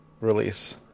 release